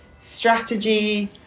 strategy